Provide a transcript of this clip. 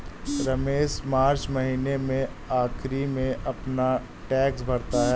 रमेश मार्च महीने के आखिरी में अपना टैक्स भरता है